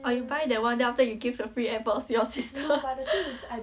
or you buy that one then after you give your free airpods of your sister